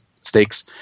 stakes